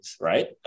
right